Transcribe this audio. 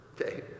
okay